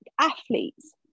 athletes